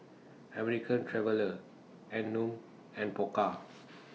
American Traveller Anmum and Pokka